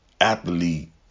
athlete